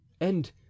And